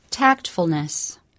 Tactfulness